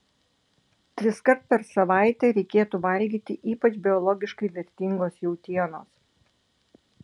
triskart per savaitę reikėtų valgyti ypač biologiškai vertingos jautienos